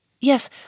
Yes